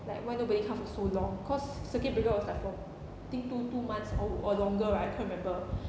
like why nobody come for so long cause circuit breaker was like the think two two months or or longer I can't remember